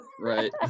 Right